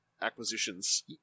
acquisitions